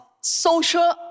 social